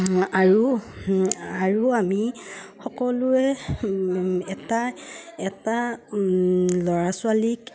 আৰু আৰু আমি সকলোৱে এটা এটা ল'ৰা ছোৱালীক